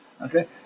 okay